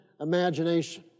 imagination